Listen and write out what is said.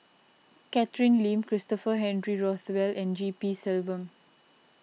Catherine Lim Christopher Henry Rothwell and G P Selvam